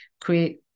create